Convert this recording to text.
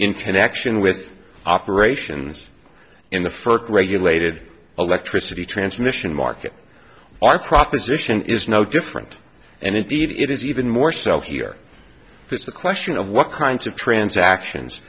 in connection with operations in the first regulated electricity transmission market or proposition is no different and indeed it is even more so here it's a question of what kinds of transactions